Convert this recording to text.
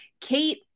Kate